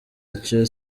icyo